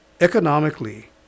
Economically